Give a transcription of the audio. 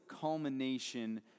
culmination